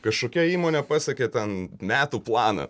kažkokia įmonė pasiekė ten metų planą